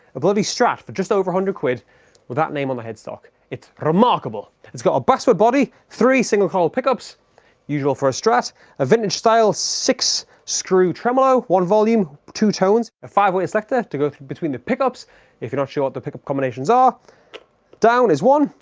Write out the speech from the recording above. a bloody strat for just over a hundred quid with that name on the headstock it's remarkable it's got a basswood body, three single coil pickups usual for a strat a vintage style six screw tremolo one volume two tones. a five way selector to go through between the pickups if you're not sure what the pickup combinations are down is one,